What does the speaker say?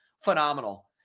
Phenomenal